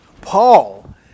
Paul